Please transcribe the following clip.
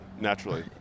naturally